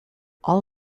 all